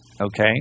Okay